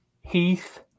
Heath